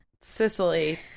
Sicily